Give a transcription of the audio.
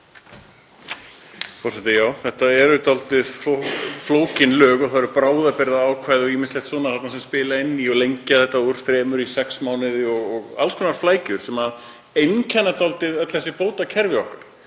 þetta eru dálítið flókin lög og það eru bráðabirgðaákvæði þarna og ýmislegt annað sem spilar inn í og lengja þetta úr þremur í sex mánuði og alls konar flækjur sem einkenna öll þessi bótakerfi okkar.